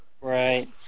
Right